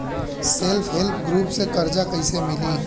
Self help group से कर्जा कईसे मिली?